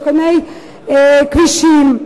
עדכוני כבישים,